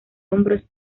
hombros